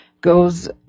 goes